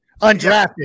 Undrafted